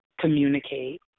communicate